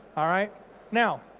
alright now,